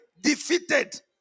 defeated